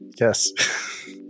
yes